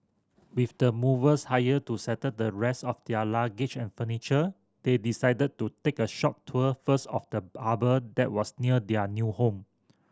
with the movers hired to settle the rest of their luggage and furniture they decided to take a short tour first of the that was near their new home